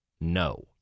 No